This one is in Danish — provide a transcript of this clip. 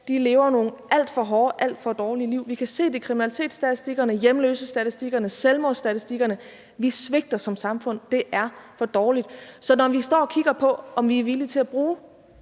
lever nogle alt for hårde, alt for dårlige liv. Vi kan se det i kriminalitetsstatistikkerne, hjemløsestatistikkerne, selvmordsstatistikkerne. Vi svigter som samfund. Det er for dårligt. Så når vi står og kigger på, om vi er villige til at bruge